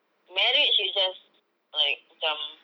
marriage is just like macam